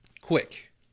quick